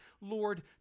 Lord